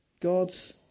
God's